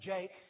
Jake